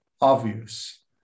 obvious